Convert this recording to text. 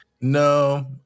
No